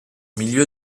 milieu